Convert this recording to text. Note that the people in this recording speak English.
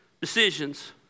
decisions